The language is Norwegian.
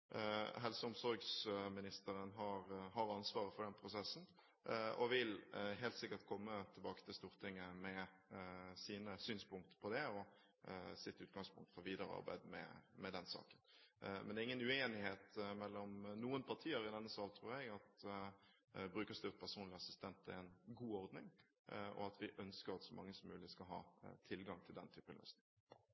Helse- og omsorgsministeren har ansvaret for den prosessen, og hun vil helt sikkert komme tilbake til Stortinget med sine synspunkter på dette og sitt utgangspunkt for videre arbeid med den saken. Men det er ingen uenighet mellom noen partier i denne sal, tror jeg, om at brukerstyrt personlig assistent er en god ordning, og at vi ønsker at så mange som mulig skal ha tilgang til den